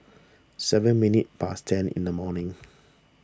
seven minutes past ten in the morning